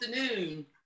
afternoon